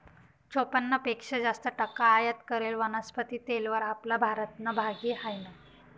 चोपन्न पेक्शा जास्त टक्का आयात करेल वनस्पती तेलवर आपला भारतनं भागी हायनं